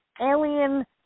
alien